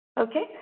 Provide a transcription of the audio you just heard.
Okay